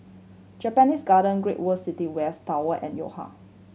Japanese Garden Great World City West Tower and Yo Ha